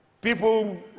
People